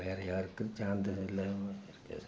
வேறு யாருக்கும் சார்ந்தது இல்லாமல் இருக்குது